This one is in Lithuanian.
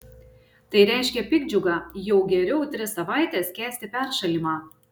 tai reiškia piktdžiugą jau geriau tris savaites kęsti peršalimą